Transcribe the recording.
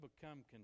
become